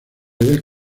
del